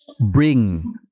bring